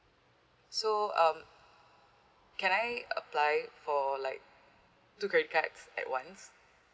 so um can I apply for like two credit cards at once